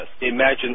Imagine